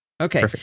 Okay